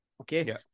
okay